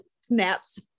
snaps